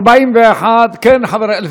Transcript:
אדוני היושב-ראש, אדוני היושב-ראש, 41, כן, חברים?